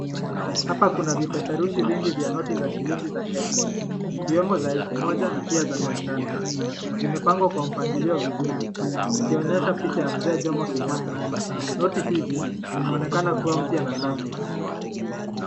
Hapa kuna vipeperushi vingi vya noti ya shilingi ya kenya ikiwemo za elfu moja na pia mia tano. Zimepangwa kwa mpangilio vizuri vikionyesha picha za Jomo Kenyatta. Noti hizi zinaonekana kuwa mpya na safi.